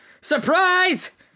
Surprise